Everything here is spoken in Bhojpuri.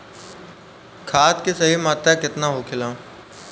खाद्य के सही मात्रा केतना होखेला?